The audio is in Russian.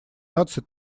наций